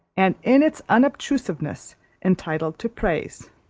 and in its unobtrusiveness entitled to praise.